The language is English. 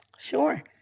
Sure